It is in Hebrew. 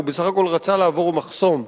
הוא בסך הכול רצה לעבור מחסום.